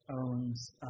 owns